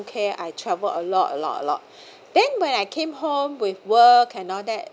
I travel a lot a lot a lot then when I came home with work and all that